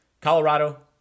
Colorado